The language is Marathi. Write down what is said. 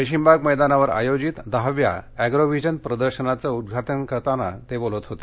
रेशीमबाग मैदानावर आयोजित दहाव्या एग्रोव्हिजन प्रदर्शनाचे उद्घाटन करताना ते बोलत होते